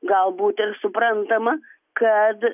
galbūt ir suprantama kad